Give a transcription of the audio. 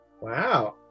Wow